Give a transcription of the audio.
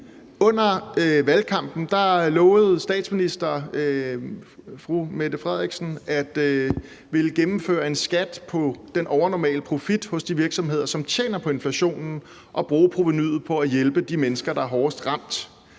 Under valgkampen lovede statsministeren, at man ville gennemføre en skat på den overnormale profit hos de virksomheder, som tjener på inflationen, og bruge provenuet på at hjælpe de mennesker, der er hårdest ramt.